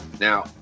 now